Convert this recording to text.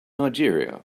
nigeria